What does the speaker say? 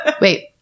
Wait